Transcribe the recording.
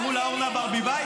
קראו לה אורנה ברביבאי,